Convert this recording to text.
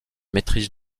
maîtrise